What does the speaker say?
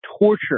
torture